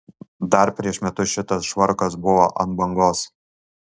dar prieš metus šitas švarkas buvo ant bangos